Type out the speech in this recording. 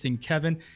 Kevin